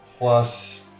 plus